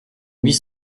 huit